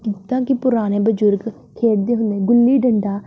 ਜਿੱਦਾਂ ਕਿ ਪੁਰਾਣੇ ਬਜ਼ੁਰਗ ਖੇਡਦੇ ਹੁੰਦੇ ਗੁੱਲੀ ਡੰਡਾ